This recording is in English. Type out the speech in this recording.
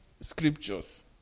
scriptures